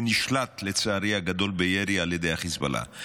שנשלט לצערי הגדול בירי על ידי חיזבאללה,